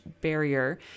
barrier